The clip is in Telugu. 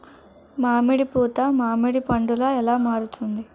మామిడి పూత మామిడి పందుల ఎలా మారుతుంది?